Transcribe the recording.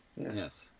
Yes